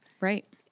Right